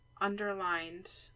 underlined